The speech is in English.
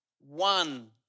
one